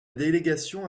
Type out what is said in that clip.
délégation